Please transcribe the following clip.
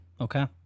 Okay